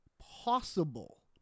possible